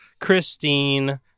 Christine